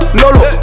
lolo